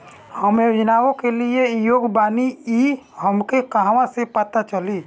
हम योजनाओ के लिए योग्य बानी ई हमके कहाँसे पता चली?